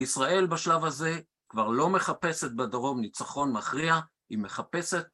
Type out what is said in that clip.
ישראל בשלב הזה כבר לא מחפשת בדרום, ניצחון מכריע, היא מחפשת.